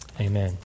amen